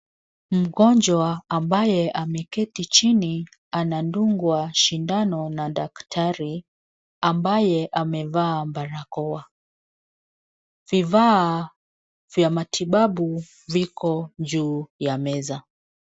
Mgonjwa ambaye ameketi chini anadungwa shindano na daktari ambaye amevaa barakoa. Vifaa vya matibabu viko juu ya meza.